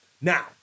Now